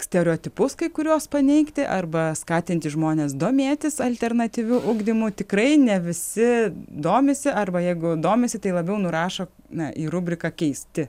stereotipus kai kuriuos paneigti arba skatinti žmones domėtis alternatyviu ugdymu tikrai ne visi domisi arba jeigu domisi tai labiau nurašo na į rubriką keisti